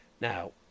now